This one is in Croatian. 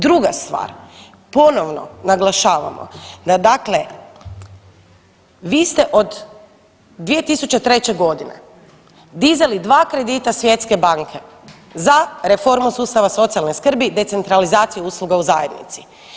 Druga stvar, ponovno naglašavamo da dakle vi ste od 2003. godine dizali dva kredita Svjetske banke za reformu sustava socijalne skrbi, decentralizaciju usluga u zajednici.